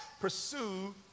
pursue